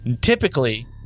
Typically